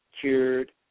cured